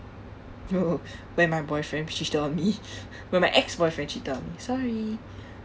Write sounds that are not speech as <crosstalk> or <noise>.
<laughs> when my boyfriend cheated on me when my ex-boyfriend cheated on me sorry